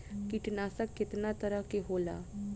कीटनाशक केतना तरह के होला?